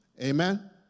Amen